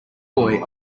boy